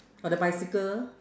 or the bicycle